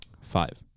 Five